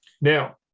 Now